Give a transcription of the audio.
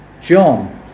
John